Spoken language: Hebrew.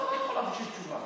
אני לא יכול להמשיך בתשובה.